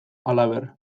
halaber